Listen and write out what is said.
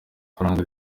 ifaranga